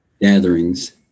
gatherings